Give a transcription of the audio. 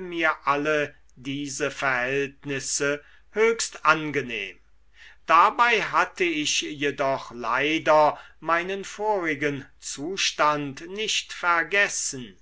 mir alle diese verhältnisse höchst angenehm dabei hatte ich jedoch leider meinen vorigen zustand nicht vergessen